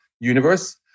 universe